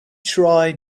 try